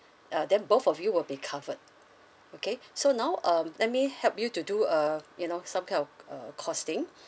uh then both of you will be covered okay so now um let me help you to do uh you know some kind of uh costing